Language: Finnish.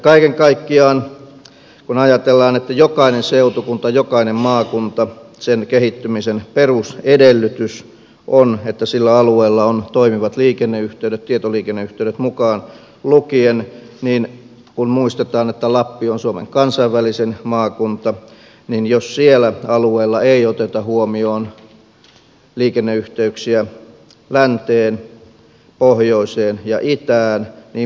kaiken kaikkiaan kun ajatellaan että jokaisen seutukunnan jokaisen maakunnan kehittymisen perusedellytys on että sillä alueella on toimivat liikenneyhteydet tietoliikenneyhteydet mukaan lukien niin kun muistetaan että lappi on suomen kansainvälisin maakunta niin jos sillä alueella ei oteta huomioon liikenneyhteyksiä länteen pohjoiseen ja itään niin missä sitten